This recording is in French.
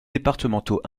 départementaux